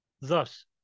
Thus